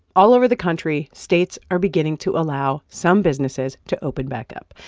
all over the country, states are beginning to allow some businesses to open back up.